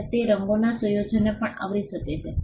અને તે રંગોના સંયોજનને પણ આવરી શકે છે